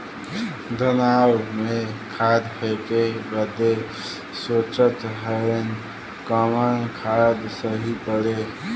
धनवा में खाद फेंके बदे सोचत हैन कवन खाद सही पड़े?